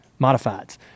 Modifieds